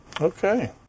Okay